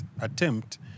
attempt